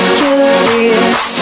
curious